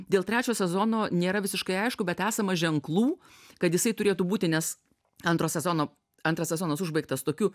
dėl trečio sezono nėra visiškai aišku bet esama ženklų kad jisai turėtų būti nes antro sezono antras sezonas užbaigtas tokiu